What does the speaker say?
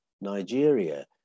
Nigeria